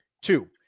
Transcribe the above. Two